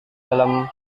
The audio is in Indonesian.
dalam